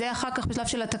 זה אחר כך בשלב התקנות.